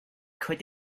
could